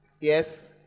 yes